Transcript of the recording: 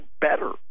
better